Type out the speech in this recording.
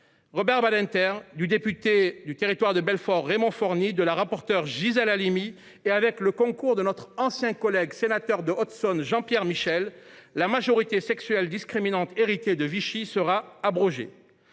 Robert Badinter, du député du Territoire de Belfort Raymond Forni et de la rapporteure Gisèle Halimi, et avec le concours de notre ancien collègue sénateur de Haute Saône Jean Pierre Michel, la majorité sexuelle discriminante héritée de Vichy fut abrogée.